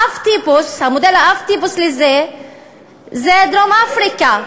האב-טיפוס, מודל האב-טיפוס לזה זה דרום-אפריקה,